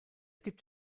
gibt